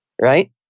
right